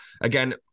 again